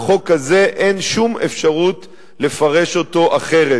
החוק הזה, אין שום אפשרות לפרש אותו אחרת.